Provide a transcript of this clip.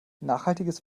nachhaltiges